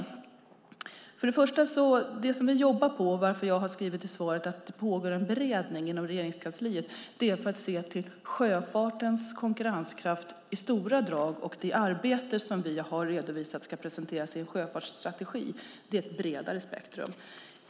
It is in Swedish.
Först och främst: Det vi jobbar på och anledningen till att jag har skrivit i svaret att det pågår en beredning inom Regeringskansliet är att vi vill se till sjöfartens konkurrenskraft i stora drag. Det arbete vi har redovisat ska presenteras i en sjöfartsstrategi. Det är ett bredare spektrum.